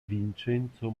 vincenzo